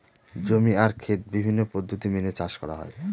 জমি আর খেত বিভিন্ন পদ্ধতি মেনে চাষ করা হয়